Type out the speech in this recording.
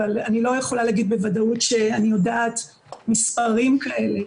אבל אני לא יכולה להגיד בוודאות שאני יודעת מספרים כאלה.